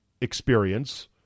experience